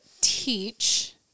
teach